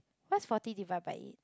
what's forty divide by eight